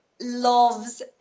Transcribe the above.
loves